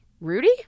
Rudy